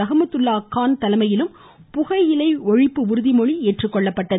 ரஹமத்துல்லா கான் தலைமையிலும் புகையிலை ஒழிப்பு உறுதிமொழி எடுத்துக்கொள்ளப்பட்டது